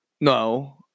no